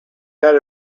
had